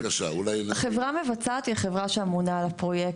חברה מבצעת היא חברה שממונה על הפרויקט.